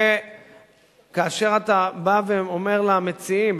וכאשר אתה בא ואומר למציעים,